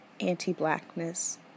anti-blackness